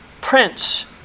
Prince